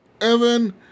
Evan